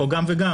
או גם וגם.